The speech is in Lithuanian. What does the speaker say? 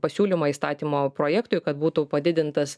pasiūlymą įstatymo projektui kad būtų padidintas